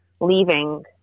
leaving